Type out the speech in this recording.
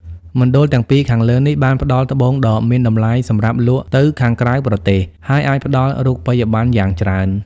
មណ្ដលទាំងពីរខាងលើនេះ បានផ្ដល់ត្បូងដ៏មានតំលៃសម្រាប់លក់ទៅខាងក្រៅប្រទេស ហើយអាចផ្ដល់រូបិយប័ណ្ណយ៉ាងច្រើន។